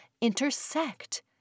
intersect